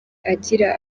agira